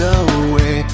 away